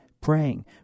praying